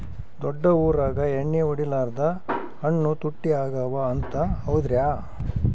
ದೊಡ್ಡ ಊರಾಗ ಎಣ್ಣಿ ಹೊಡಿಲಾರ್ದ ಹಣ್ಣು ತುಟ್ಟಿ ಅಗವ ಅಂತ, ಹೌದ್ರ್ಯಾ?